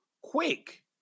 quick